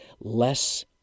less